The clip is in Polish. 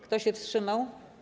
Kto się wstrzymał?